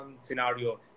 scenario